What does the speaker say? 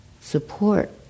support